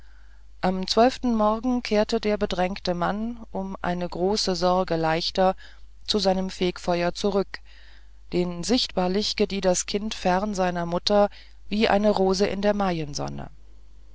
am zwölften morgen kehrte der bedrängte mann um eine große sorge leichter zu seinem fegfeuer zurück denn sichtbarlich gedieh das kind fern seiner mutter wie eine rose an der